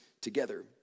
together